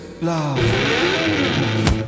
love